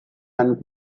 and